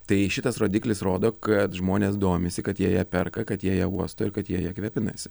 tai šitas rodiklis rodo kad žmonės domisi kad jie ją perka kad jie ją uosto ir kad jie ja kvėpinasi